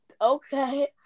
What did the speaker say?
Okay